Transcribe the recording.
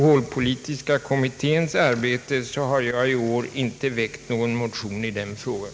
holpolitiska kommitténs arbete har jag emellertid i år inte väckt någon motion i den frågan.